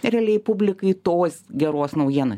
realiai publikai tos geros naujiena